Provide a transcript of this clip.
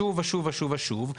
שוב ושוב ושוב ושוב,